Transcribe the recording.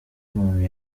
umuntu